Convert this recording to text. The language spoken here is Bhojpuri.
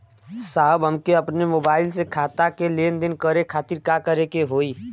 साहब हमके अपने मोबाइल से खाता के लेनदेन करे खातिर का करे के होई?